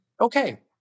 Okay